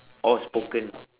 oh spoken